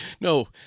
no